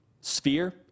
sphere